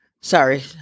sorry